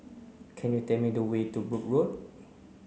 can you tell me the way to Brooke Road